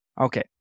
Okay